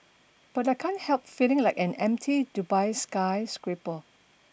but I can't help feeling like an empty Dubai skyscraper